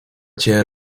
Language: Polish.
ciebie